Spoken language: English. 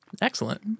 Excellent